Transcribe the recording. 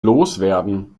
loswerden